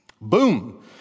Boom